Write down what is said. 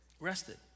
Rested